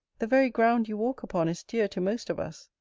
the very ground you walk upon is dear to most of us.